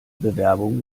bewerbung